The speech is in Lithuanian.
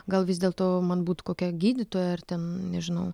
gal vis dėlto man būt kokia gydytoja ar ten nežinau